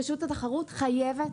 פשוט התחרות חייבת,